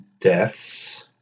Deaths